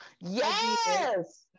yes